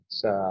sa